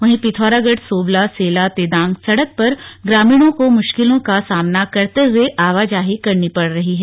वहीं पिथौरागढ सोबला सेला तेदांग सड़क पर ग्रामीणों को मुश्किलों का सामना करते हुए आवाजाही करनी पड़ रही है